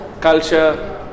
culture